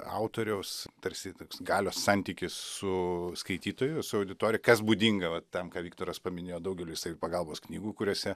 autoriaus tarsi toks galios santykis su skaitytoju su auditorija kas būdinga va tam ką viktoras paminėjo daugeliui savipagalbos knygų kuriose